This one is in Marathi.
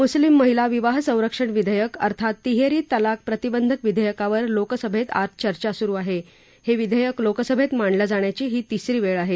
मुस्लिम महिला विवाह संरक्षण विधेयक अर्थात तिहेरी तलाक प्रतिबंधक विधेयकावर लोकसभेत आज चर्चा सुरू आहे हे विघेयक लोकसभेत मांडलं जाण्याची ही तिसरी वेळ आहे